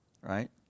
Right